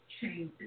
changes